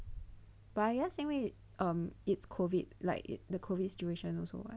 but I guess when um it's COVID the COVID situation also [what]